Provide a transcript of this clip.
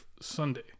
Sunday